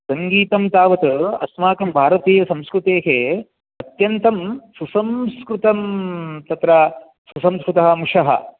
सङ्गीतं तावत् अस्माकं भारतीयसंस्कृतेः अत्यन्तं सुसंस्कृतं तत्र सुसंस्कृतः अंशः